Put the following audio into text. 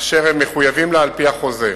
אשר הם מחויבים לה על-פי החוזה.